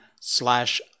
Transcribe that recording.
slash